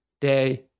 day